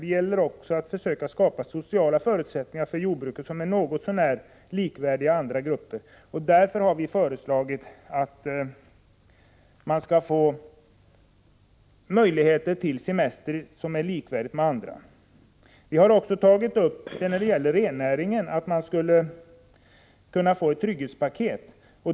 Det gäller också att försöka skapa sociala förutsättningar för jordbruket som är något så när likvärdiga med andra gruppers. Därför har vi från centerpartiet föreslagit att man skall få sådana möjligheter till semester som är likvärdiga med andra gruppers. Vi har också när det gäller rennäringen tagit upp att man skall få till stånd ett trygghetspaket.